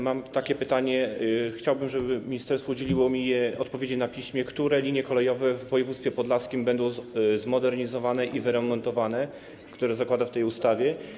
Mam takie oto pytanie - chciałbym, żeby ministerstwo udzieliło mi odpowiedzi na piśmie: Które linie kolejowe w województwie podlaskim będą zmodernizowane i wyremontowane zgodnie z tym, co zakłada się w tej ustawie?